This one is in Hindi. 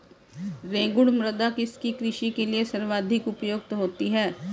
रेगुड़ मृदा किसकी कृषि के लिए सर्वाधिक उपयुक्त होती है?